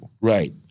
Right